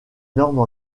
normes